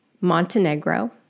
Montenegro